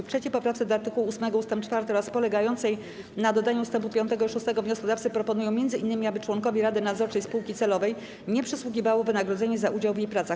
W 3. poprawce do art. 8 ust. 4 oraz polegającej na dodaniu ust. 5 i 6 wnioskodawcy proponują m.in., aby członkowi rady nadzorczej spółki celowej nie przysługiwało wynagrodzenie za udział w jej pracach.